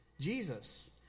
Jesus